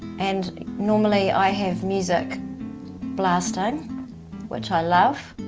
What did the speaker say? and normally i have music blasting which i love.